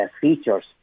features